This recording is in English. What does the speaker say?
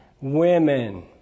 women